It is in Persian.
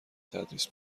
تدریس